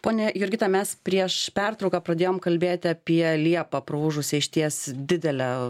ponia jurgita mes prieš pertrauką pradėjom kalbėti apie liepą praūžusią išties didelę